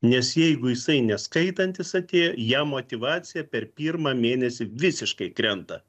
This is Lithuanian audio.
nes jeigu jisai neskaitantis atėjo jam motyvacija per pirmą mėnesį visiškai krenta